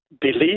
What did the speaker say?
believe